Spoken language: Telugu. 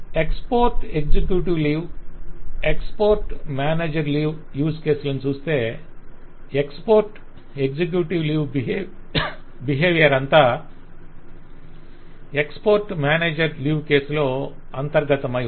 export executive leave export manager leave use కేసులను చూస్తే ఎక్స్పోర్ట్ ఎగ్జిక్యూటివ్ లీవ్ బిహేవియర్ అంతా ఎక్స్పోర్ట్ మేనేజర్ లీవ్ యూస్ కేసులో అంతర్గతమై ఉంది